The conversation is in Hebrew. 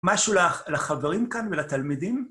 משהו ל... לחברים כאן ולתלמידים?